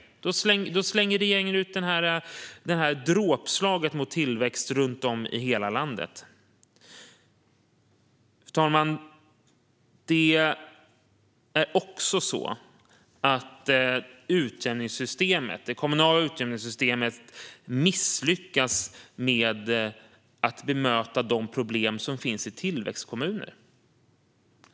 Då utdelar regeringen detta dråpslag mot tillväxt runt om i hela landet. Fru talman! Det är också så att det kommunala utjämningssystemet misslyckas med att möta de problem som finns i tillväxtkommuner.